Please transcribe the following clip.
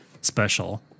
special